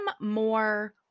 more